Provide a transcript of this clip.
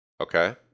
Okay